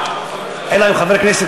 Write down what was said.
אם חבר כנסת,